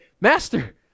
Master